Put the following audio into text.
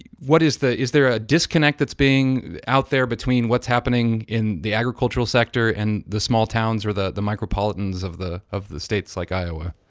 what is the is there a disconnect that's being out there between what's happening in the agricultural sector and the small towns or the the micropolitans of the of the states like iowa?